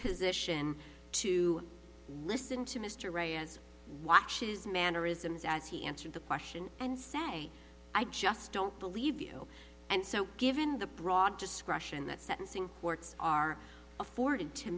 position to listen to mr ray as watches mannerisms as he answered the question and say i just don't believe you and so given the broad discretion that sentencing courts are afforded to